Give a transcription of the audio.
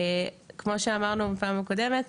כמו שאמרנו בפעם הקודמת,